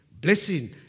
blessing